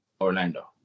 Orlando